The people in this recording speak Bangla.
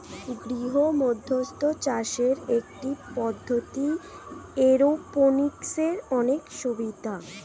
গৃহমধ্যস্থ চাষের একটি পদ্ধতি, এরওপনিক্সের অনেক সুবিধা